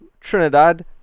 Trinidad